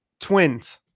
twins